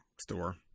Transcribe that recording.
store